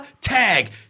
Tag